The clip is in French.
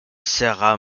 sera